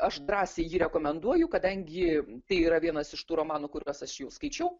aš drąsiai jį rekomenduoju kadangi tai yra vienas iš tų romanų kuriuos aš jau skaičiau